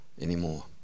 anymore